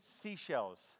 seashells